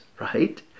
right